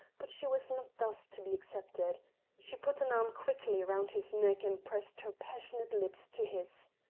but she was not thus to be accepted she put an arm quickly round his neck and pressed her passionate lips to his.